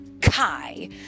Kai